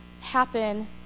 happen